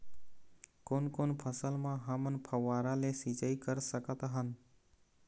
कोन कोन फसल म हमन फव्वारा ले सिचाई कर सकत हन?